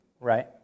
right